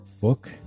book